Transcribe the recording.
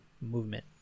movement